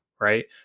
right